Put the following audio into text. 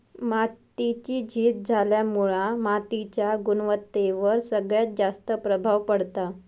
मातीची झीज झाल्यामुळा मातीच्या गुणवत्तेवर सगळ्यात जास्त प्रभाव पडता